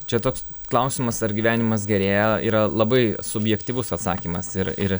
čia toks klausimas ar gyvenimas gerėja yra labai subjektyvus atsakymas ir ir